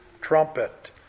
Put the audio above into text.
trumpet